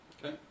Okay